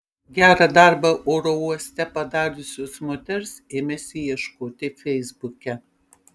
gerą darbą oro uoste padariusios moters ėmėsi ieškoti feisbuke